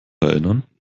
erinnern